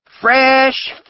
fresh